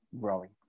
growing